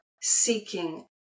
seeking